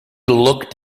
looked